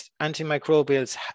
antimicrobials